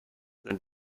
than